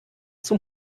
zum